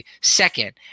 second